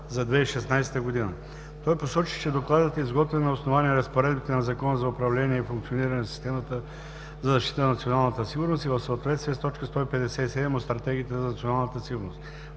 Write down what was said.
за 2016 г. Той посочи, че Докладът е изготвен на основание разпоредбите на Закона за управление и функциониране на системата за защита на националната сигурност и в съответствие с т. 157 от Стратегията за националната сигурност.